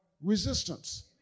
resistance